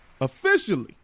officially